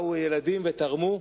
באו הילדים ותרמו,